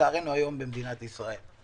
במדינת ישראל היום לצערנו.